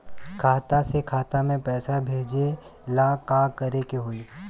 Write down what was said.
खाता से खाता मे पैसा भेजे ला का करे के होई?